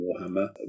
Warhammer